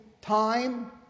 time